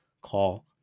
call